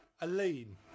Aline